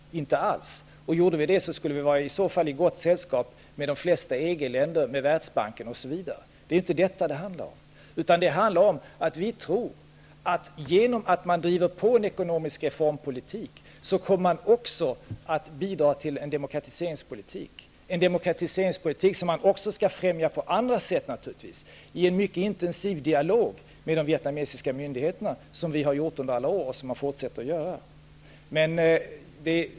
Inte alls. Och gjorde vi det, skulle vi i så fall vara i gott sällskap med de flesta EG-länderna, med Det är inte detta det handlar om, utan det handlar om att vi tror att genom att man driver på en ekonomisk reformpolitik kommer man också att bidra till en demokratiseringspolitik. Det är en politik som man också skall främja på andra sätt naturligtvis, i en mycket intensiv dialog med de vietnamesiska myndigheterna, som vi har gjort under alla år och som man fortsätter att göra.